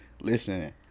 listen